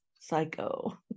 psycho